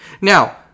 Now